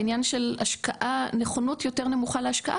העניין של נכונות יותר נמוכה להשקעה